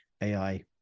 AI